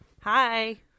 Hi